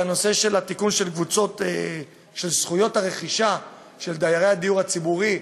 בנושא של תיקון של זכויות הרכישה של דיירי הדיור הציבורי,